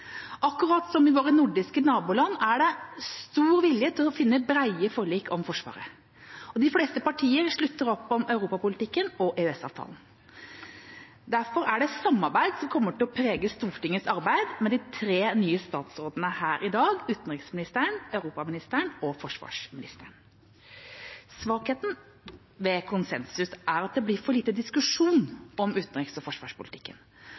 Akkurat som i våre nordiske naboland er det stor vilje til å finne brede forlik om Forsvaret, og de fleste partier slutter opp om europapolitikken og EØS-avtalen. Derfor er det samarbeid som kommer til å prege Stortingets arbeid med de tre nye statsrådene her i dag: utenriksministeren, europaministeren og forsvarsministeren. Svakheten ved konsensus er at det blir for lite diskusjon om utenriks- og forsvarspolitikken